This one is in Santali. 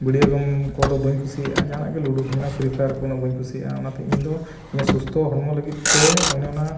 ᱵᱷᱤᱰᱤᱭᱳ ᱜᱮᱢ ᱠᱚᱫᱚ ᱵᱟᱹᱧ ᱠᱩᱥᱤᱭᱟᱜᱼᱟ ᱡᱟᱦᱟᱱᱟᱜ ᱜᱮ ᱞᱩᱰᱩ ᱠᱚ ᱢᱮᱱᱟ ᱯᱷᱤᱨᱤ ᱯᱷᱟᱭᱟᱨ ᱠᱚᱫᱚ ᱵᱟᱹᱧ ᱠᱩᱥᱤᱭᱟᱜᱼᱟ ᱚᱱᱟᱛᱮ ᱤᱧ ᱫᱚ ᱤᱧᱟᱹᱜ ᱥᱩᱥᱛᱷᱚ ᱦᱚᱲᱢᱚ ᱞᱟᱹᱜᱤᱫ ᱛᱮ ᱚᱱᱮ ᱚᱱᱟ